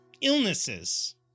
Illnesses